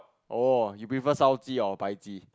orh you prefer 烧鸡: shao ji or 白鸡: bai ji